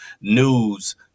news